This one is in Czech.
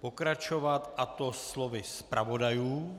pokračovat, a to slovy zpravodajů.